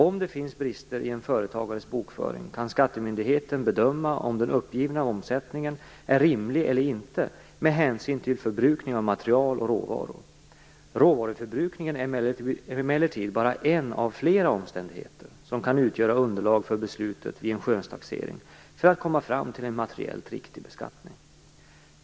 Om det finns brister i en företagares bokföring kan skattemyndigheten bedöma om den uppgivna omsättningen är rimlig eller inte med hänsyn till förbrukningen av material och råvaror. Råvaruförbrukningen är emellertid bara en av flera omständigheter som kan utgöra underlag för beslutet vid en skönstaxering för att komma fram till en materiellt riktig beskattning.